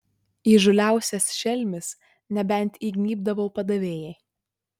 įžūliausias šelmis nebent įgnybdavo padavėjai